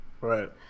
Right